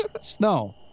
Snow